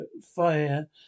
fire